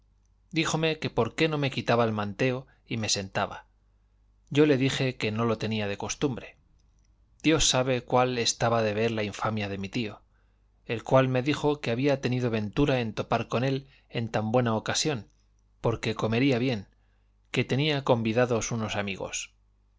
díjome que por qué no me quitaba el manteo y me sentaba yo le dije que no lo tenía de costumbre dios sabe cuál estaba de ver la infamia de mi tío el cual me dijo que había tenido ventura en topar con él en tan buena ocasión porque comería bien que tenía convidados unos amigos